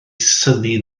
synnu